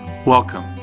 Welcome